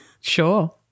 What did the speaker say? sure